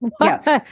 Yes